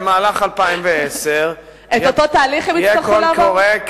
במהלך 2010 יהיה קול קורא,